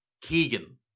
Keegan